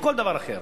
או כל דבר אחר,